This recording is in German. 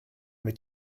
mit